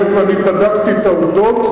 היות שאני בדקתי את העובדות,